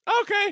Okay